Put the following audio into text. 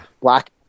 black